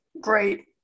great